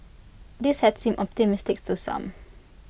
this had seemed optimistic to some